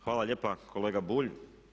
Hvala lijepa kolega Bulj.